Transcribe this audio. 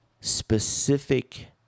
specific